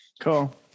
Cool